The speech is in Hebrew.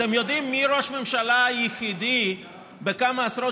אתם יודעים מי ראש ממשלה היחידי בכמה עשרות